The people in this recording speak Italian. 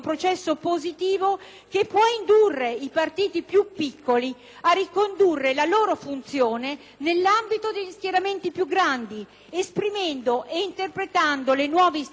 nell'ambito degli schieramenti più grandi, esprimendo e interpretando le nuove istanze popolari e quel dissenso che è vitale per la democrazia all'interno dei due schieramenti principali.